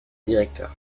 directeur